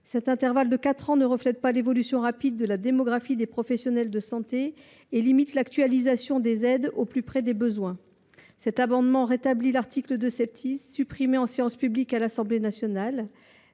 Cet intervalle de quatre ans ne permet pas refléter correctement l’évolution rapide de la démographie des professionnels de santé et limite l’actualisation des aides au plus près des besoins. Cet amendement tend à rétablir l’article 2 supprimé en séance publique à l’Assemblée nationale.